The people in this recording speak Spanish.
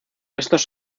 estos